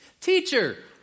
Teacher